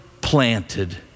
planted